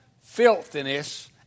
filthiness